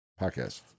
podcast